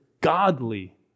godly